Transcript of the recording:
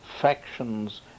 factions